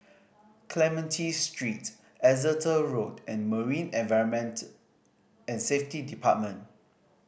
Clementi Street Exeter Road and Marine Environment and Safety Department